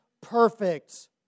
perfect